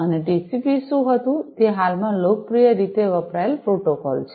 અને ટીસીપી શું હતું તે હાલ માં લોકપ્રિય રીતે વપરાયેલ પ્રોટોકોલ છે